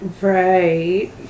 Right